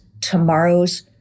tomorrow's